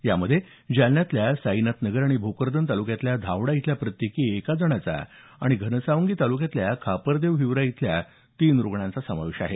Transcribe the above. यामध्ये जालन्यातल्या साईनाथनगर आणि भोकरदन तालुक्यातील धावडा इथल्या प्रत्येकी एक जणाचा आणि घनसावंगी तालुक्यातील खापरदेव हिवरा येथील तीन रुग्णांचा समावेश आहे